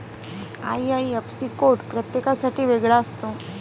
IIFC code प्रत्येकासाठी वेगळा असतो